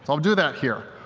um do that here.